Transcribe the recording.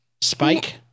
Spike